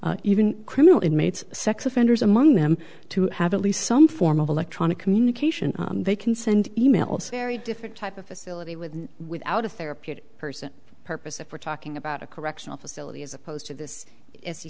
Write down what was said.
allow even criminal inmates sex offenders among them to have at least some form of electronic communication they can send e mails very different type of facility with without a therapeutic person purpose if we're talking about a correctional facility as opposed to this is you